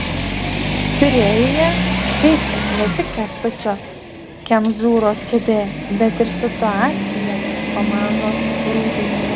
pirėjuje kaista ne tik kęstučio kemzūros kėdė bet ir situacija komandos rūbinėje